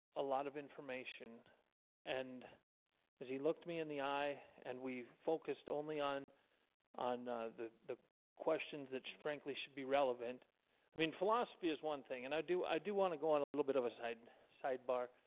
a lot of information and as he looked me in the eye, and we focused only on on the the questions that frankly should be relevant i mean philosophy is one thing and i do i do want to go on a little bit of a side sidebar